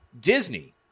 Disney